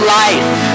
life